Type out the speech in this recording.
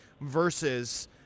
versus